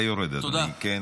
אתה יורד, אדוני, כן.